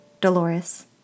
Dolores